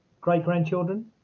great-grandchildren